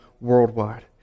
worldwide